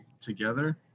together